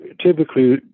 typically